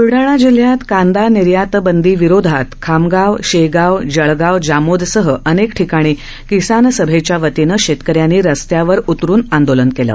बुलडाणा जिल्ह्यात कांदा निर्यात बंदी विरोधात खामगाव शेगाव जळगाव जामोदसह अनेक ठिकाणी किसान सभेच्या वतीनं शेतकऱ्यांनी रस्त्यावर उतरुन आंदोलन केलं